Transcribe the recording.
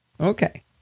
Okay